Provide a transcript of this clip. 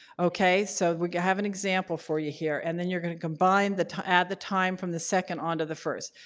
okay, so we have an example for you here and then you're going to combine the at the time from the second onto the first.